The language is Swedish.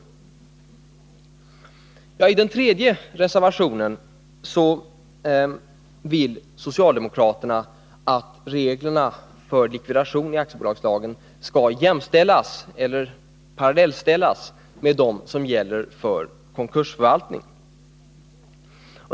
I den reservation 3 vill socialdemokraterna att reglerna för likvidation i aktiebolagslagen skall parallellställas med de regler som gäller för konkursförvaltning.